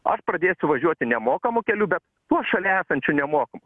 aš pradėsiu važiuoti nemokamu keliu bet tuo šalia esančiu nemoku